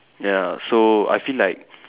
ya so I feel like